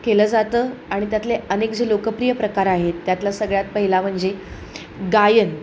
केलं जातं आणि त्यातले अनेक जे लोकप्रिय प्रकार आहेत त्यातला सगळ्यात पहिला म्हणजे गायन